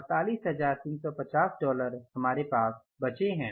48350 dollar हमारे पास बचे हैं